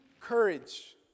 courage